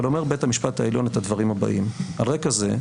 אבל אומר בית המשפט העליון את הדברים הבאים: על רקע זה,